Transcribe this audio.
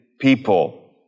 people